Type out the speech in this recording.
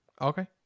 Okay